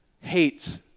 hates